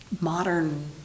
modern